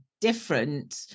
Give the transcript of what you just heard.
different